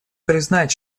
признать